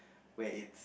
where it